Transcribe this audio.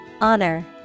Honor